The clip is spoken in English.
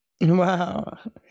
Wow